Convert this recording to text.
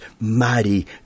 mighty